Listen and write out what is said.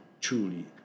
truly